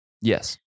Yes